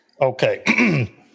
Okay